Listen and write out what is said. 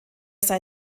sei